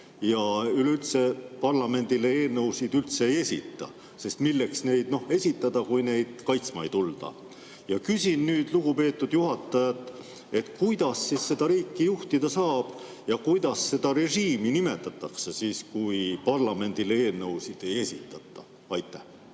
ja parlamendile eelnõusid üldse ei esita, sest milleks neid esitada, kui neid kaitsma ei tulda. Küsin nüüd lugupeetud juhatajalt, kuidas seda riiki juhtida saab ja kuidas seda režiimi nimetatakse siis, kui parlamendile eelnõusid ei esitata. Aitäh,